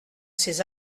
ces